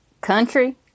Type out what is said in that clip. country